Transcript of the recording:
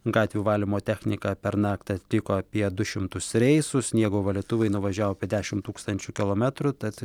gatvių valymo technika pernakt atliko apie du šimtus reisų sniego valytuvai nuvažiavo apie dešim tūkstančių kilometrų tad